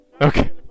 Okay